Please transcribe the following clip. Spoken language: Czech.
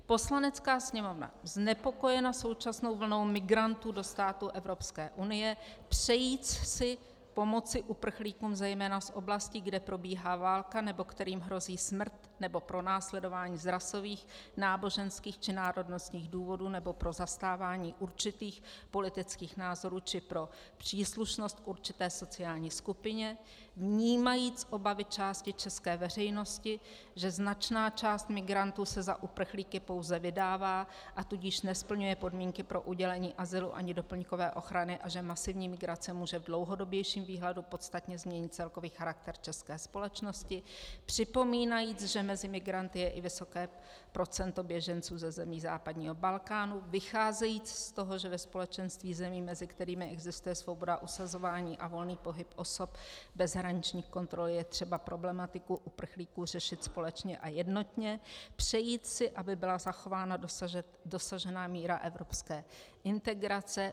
Poslanecká sněmovna, znepokojena současnou vlnou migrantů do států Evropské unie, přejíc si pomoci uprchlíkům, zejména z oblastí, kde probíhá válka nebo kterým hrozí smrt nebo pronásledování z rasových, náboženských či národnostních důvodů nebo pro zastávání určitých politických názorů či pro příslušnost k určité sociální skupině, vnímajíc obavy části české veřejnosti, že značná část migrantů se za uprchlíky pouze vydává, a tudíž nesplňuje podmínky pro udělení azylu ani doplňkové ochrany a že masivní migrace může v dlouhodobějším výhledu podstatně změnit celkový charakter české společnosti, připomínajíc, že mezi migranty je i vysoké procento běženců ze zemí západního Balkánu, vycházejíc z toho, že ve společenství zemí, mezi kterými existuje svoboda usazování a volný pohyb osob bez hraniční kontroly, je třeba problematiku uprchlíků řešit společně a jednotně, přejíc si, aby byla zachována dosažená míra evropské integrace